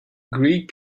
great